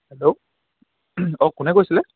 hello অঁ কোনে কৈছিলে